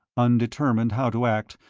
undetermined how to act,